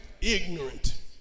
Ignorant